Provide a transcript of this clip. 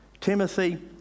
Timothy